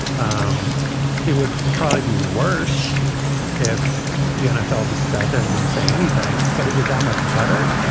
um it would probably be worse if the nfl just sat there and didn't say anything. but is it that much better?